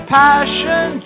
passion